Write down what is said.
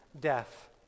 death